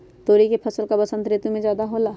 तोरी के फसल का बसंत ऋतु में ज्यादा होला?